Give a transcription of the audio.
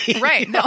Right